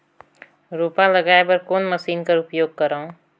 रोपा लगाय बर कोन मशीन कर उपयोग करव?